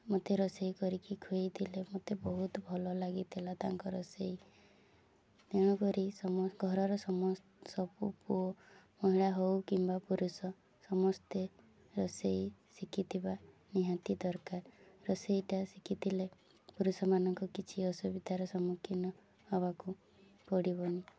ମୋତେ ରୋଷେଇ କରିକି ଖୁଏଇ ଥିଲେ ମୋତେ ବହୁତ ଭଲ ଲାଗିଥିଲା ତାଙ୍କ ରୋଷେଇ ତେଣୁ କରି ସମସ୍ତ ଘରର ସମସ୍ତ ସବୁ ପୁଅ ମହିଳା ହେଉ କିମ୍ବା ପୁରୁଷ ସମସ୍ତେ ରୋଷେଇ ଶିଖିଥିବା ନିହାତି ଦରକାର ରୋଷେଇଟା ଶିଖିଥିଲେ ପୁରୁଷମାନଙ୍କୁ କିଛି ଅସୁବିଧାର ସମ୍ମୁଖୀନ ହେବାକୁ ପଡ଼ିବନି